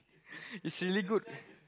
it's really good